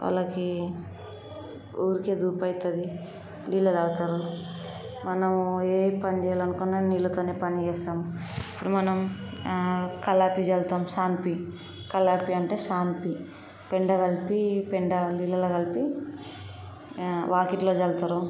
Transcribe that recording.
వాళ్ళకి ఊరికే ధూపయితుంది నీళ్ళే తాగుతారు మనము ఏ పని చెయ్యాలని అనుకున్నా నీళ్ళతోనే పని చేస్తాం మనం కల్లాపి చల్లుతాం సాంపి కల్లాపి అంటే సాంపి పెండ కలిపి పెండ అందులో కలిపి వాకిట్లో చల్లుతారు